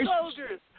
soldiers